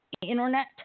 internet